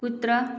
कुत्रा